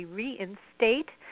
reinstate